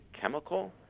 chemical